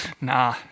Nah